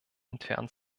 entfernt